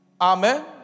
Amen